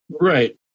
Right